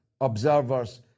observers